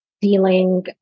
dealing